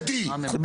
קטי, קטי.